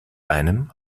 einem